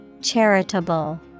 Charitable